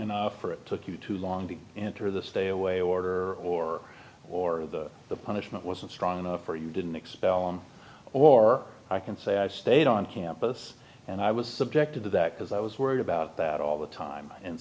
enough for it took you too long to answer the stay away order or or the punishment wasn't strong enough or you didn't expel him or i can say i stayed on campus and i was subjected to that because i was worried about that all the time and